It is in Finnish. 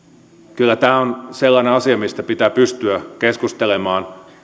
kyllä tämä on sellainen asia mistä pitää pystyä keskustelemaan